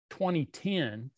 2010